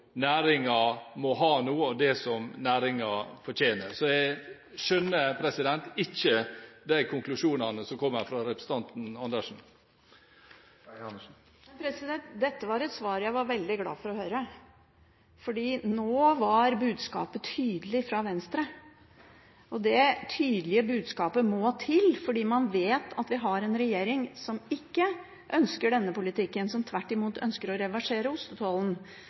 nå må ha, og at det er det næringen fortjener, så jeg skjønner ikke de konklusjonene som kommer fra representanten Andersen. Dette var et svar jeg var veldig glad for å høre, for nå var budskapet tydelig fra Venstre, og det tydelige budskapet må til fordi man vet at vi har en regjering som ikke ønsker denne politikken, som tvert imot ønsker å reversere